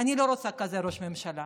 אני לא רוצה כזה ראש ממשלה.